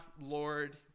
Lord